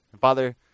Father